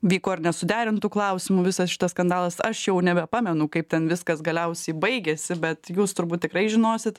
vyko ir nesuderintų klausimų visas šitas skandalas aš jau nebepamenu kaip ten viskas galiausiai baigėsi bet jūs turbūt tikrai žinosit